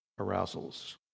arousals